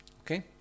Okay